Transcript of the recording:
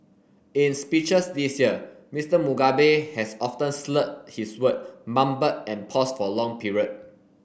in speeches this year Mister Mugabe has often slurred his word mumbled and paused for long period